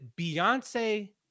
Beyonce